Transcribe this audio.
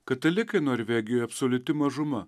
katalikai norvegijoj absoliuti mažuma